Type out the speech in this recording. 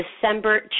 December